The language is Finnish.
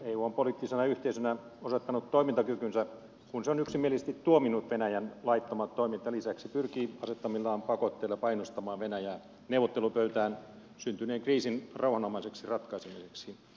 eu on poliittisena yhteisönä osoittanut toimintakykynsä kun se on yksimielisesti tuominnut venäjän laittomat toimet ja lisäksi pyrkii asettamillaan pakotteilla painostamaan venäjää neuvottelupöytään syntyneen kriisin rauhanomaiseksi ratkaisemiseksi